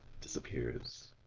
disappears